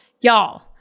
y'all